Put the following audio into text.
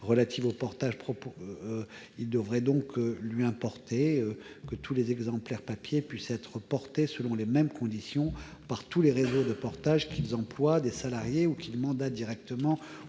relatifs au portage, il devrait donc lui importer que tous les exemplaires papier puissent être distribués selon les mêmes conditions par tous les réseaux de portage, qu'ils emploient des salariés ou qu'ils mandatent directement